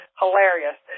hilarious